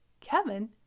Kevin